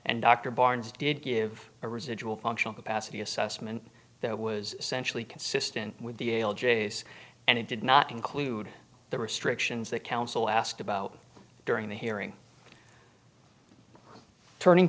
and dr barnes did give a residual functional capacity assessment that was essentially consistent with the ail jase and it did not include the restrictions that counsel asked about during the hearing turning